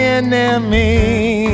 enemy